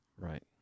Right